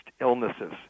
illnesses